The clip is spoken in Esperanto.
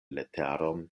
leteron